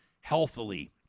healthily